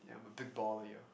I'm a big baller yo